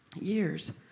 years